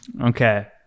Okay